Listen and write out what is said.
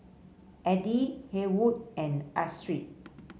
Eddie Haywood and Astrid